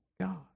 God